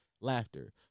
laughter